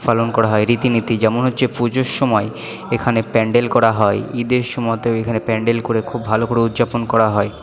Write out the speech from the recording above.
পালন করা হয় রীতি নীতি যেমন হচ্ছে পুজোর সময় এখানে প্যান্ডেল করা হয় ঈদের সমতেও এখানে প্যান্ডেল করে খুব ভালো করে উদযাপন করা হয়